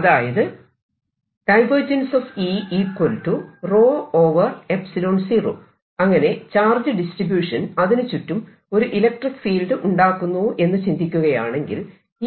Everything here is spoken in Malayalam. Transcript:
അതായത് അങ്ങനെ ചാർജ് ഡിസ്ട്രിബ്യൂഷൻ അതിനു ചുറ്റും ഒരു ഇലക്ട്രിക്ക് ഫീൽഡ് ഉണ്ടാക്കുന്നു എന്ന് ചിന്തിക്കുകയാണെങ്കിൽ